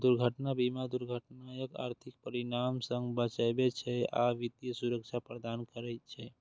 दुर्घटना बीमा दुर्घटनाक आर्थिक परिणाम सं बचबै छै आ वित्तीय सुरक्षा प्रदान करै छै